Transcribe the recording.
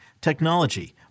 technology